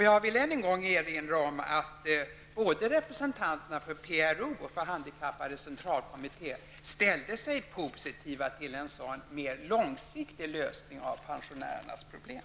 Jag vill än en gång erinra om att både representanterna för PRO och för Handikappades centralkommitté ställde sig positiva till en sådan mer långsiktig lösning av pensionärernas problem.